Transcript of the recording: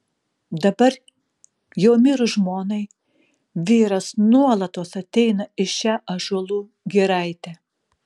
dabar jau mirus žmonai vyras nuolatos ateina į šią ąžuolų giraitę